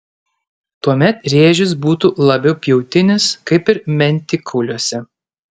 tuomet rėžis būtų labiau pjautinis kaip ir mentikauliuose